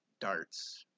darts